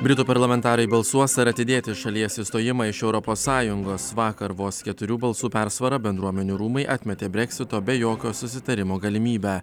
britų parlamentarai balsuos ar atidėti šalies išstojimą iš europos sąjungos vakar vos keturių balsų persvara bendruomenių rūmai atmetė breksito be jokio susitarimo galimybę